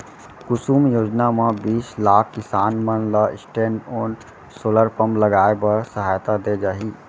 कुसुम योजना म बीस लाख किसान मन ल स्टैंडओन सोलर पंप लगाए बर सहायता दे जाही